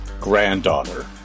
granddaughter